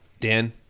Dan